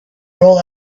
roll